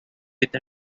with